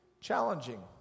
challenging